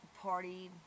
partied